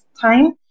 time